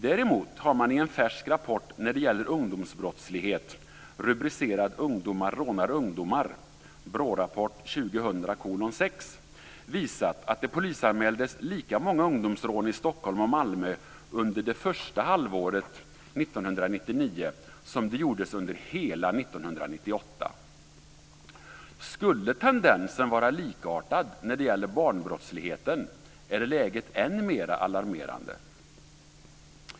Däremot har man i en färsk rapport när det gäller ungdomsbrottslighet, rubricerad Ungdomar som rånar ungdomar, BRÅ rapport 2000:6, visat att det polisanmäldes lika många ungdomsrån i Stockholm och Malmö under det första halvåret 1999 som det gjordes under hela 1998. Skulle tendensen vara likartad när det gäller barnbrottsligheten är läget än mera alarmerande.